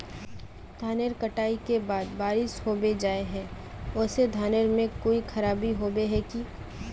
धानेर कटाई के बाद बारिश होबे जाए है ओ से धानेर में कोई खराबी होबे है की?